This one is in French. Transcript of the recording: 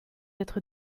être